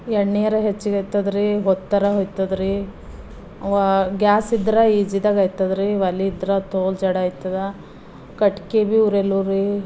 ಎಣ್ಣೆಯಾರು ಹೆಚ್ಚಿಗೆಯಾಯ್ತದ್ರೀ ಹೊತ್ತರ ಹೋಯ್ತದ್ರೀ ಗ್ಯಾಸ್ ಇದ್ರೆ ಈಜಿದಾಗಾಯ್ತದ್ರೀ ಒಲೆ ಇದ್ರೆ ತೋಲ್ ಜಡ ಆಯ್ತದ ಕಟ್ಟಿಗೆಗು ಉರಿಯಲ್ಲು ರೀ